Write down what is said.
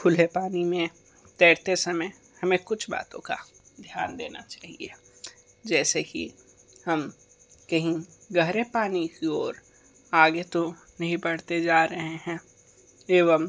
खुले पानी में तैरते समय हमें कुछ बातों का ध्यान देना चाहिए जैसे कि हम कहीं गहरे पानी की ओर आगे तो नहीं बढ़ते जा रहे हैं एवं